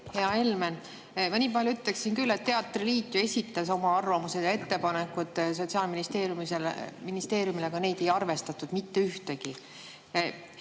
Hea Helmen! Ma nii palju ütleksin küll, et teatriliit ju esitas oma arvamused ja ettepanekud Sotsiaalministeeriumile, aga neid ei arvestatud, mitte ühtegi.